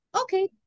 okay